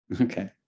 Okay